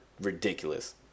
Ridiculous